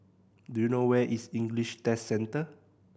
do you know where is English Test Centre